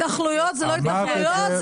ההתנחלויות זה לא התנחלויות,